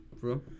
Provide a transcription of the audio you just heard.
Bro